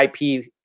IP